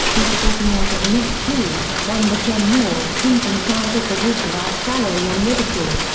peter getting out of nick's pool, won the john moores painting prize at the walker art gallery in liverpool.